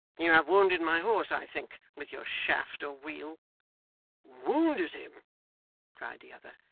you have wounded my horse, i think, with your shaft or wheel wounded him cried the other,